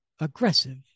aggressive